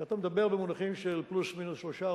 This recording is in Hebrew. כשאתה מדבר במונחים של פלוס-מינוס 3%,